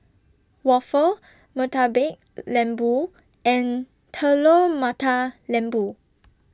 Waffle Murtabak Lembu and Telur Mata Lembu